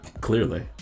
Clearly